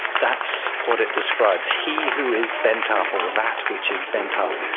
that's what it describes, he who is bent ah up or that which is bent up.